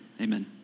amen